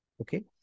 okay